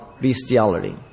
bestiality